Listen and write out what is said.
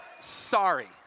Sorry